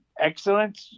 excellent